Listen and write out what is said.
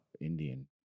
Indian